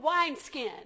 wineskin